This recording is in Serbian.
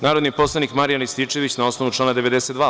Narodni poslanik Marijan Rističević, na osnovu člana 92.